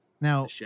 Now